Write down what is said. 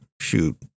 shoot